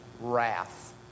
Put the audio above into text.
wrath